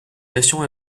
nation